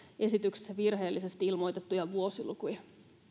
esityksessä virheellisesti ilmoitettuja vuosilukuja